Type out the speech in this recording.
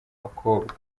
bakobwa